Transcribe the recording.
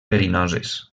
verinoses